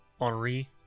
Henri